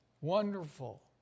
wonderful